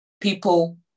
people